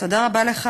תודה רבה לך,